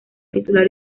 titular